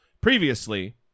previously